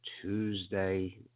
Tuesday